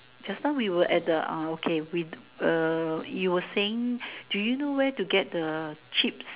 just now we were at the uh okay we uh you were saying do you know where to get the chips